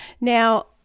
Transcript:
now